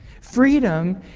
Freedom